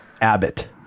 Abbott